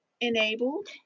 enabled